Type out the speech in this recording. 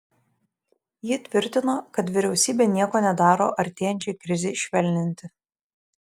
ji tvirtino kad vyriausybė nieko nedaro artėjančiai krizei švelninti